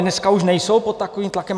Dneska už nejsou pod takovým tlakem?